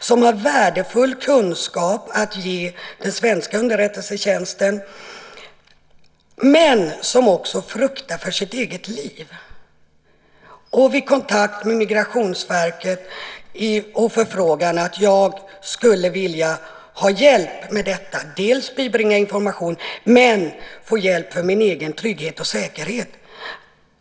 De har värdefulla kunskaper att dela med sig av till den svenska underrättelsetjänsten, men de fruktar för sitt eget liv. De kanske vänder sig till Migrationsverket för att få hjälp med att dels lämna information, dels värna sin egen trygghet och säkerhet.